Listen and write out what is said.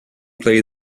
play